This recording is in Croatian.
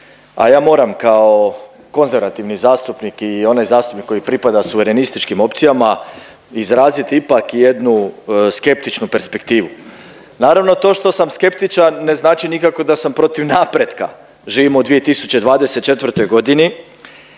a ja moram kao konzervativni zastupnik i onaj zastupnik koji pripada suverenističkim opcijama izrazit ipak jednu skeptičnu perspektivu. Naravno to što sam skeptičan, ne znači nikako da sam protiv napretka. Živimo u 2024. godini